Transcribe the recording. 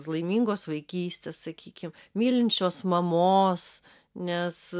laimingos vaikystės sakykim mylinčios mamos nes